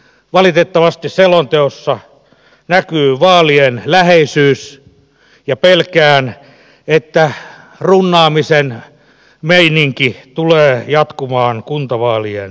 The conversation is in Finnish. valitettavasti selonteossa näkyy vaalien läheisyys ja pelkään että runnaamisen meininki tulee jatkumaan kuntavaalien jälkeen